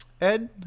ed